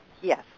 Yes